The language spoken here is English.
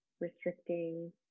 restricting